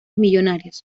millonarios